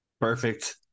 perfect